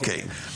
אוקי,